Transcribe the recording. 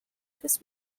this